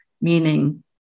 Meaning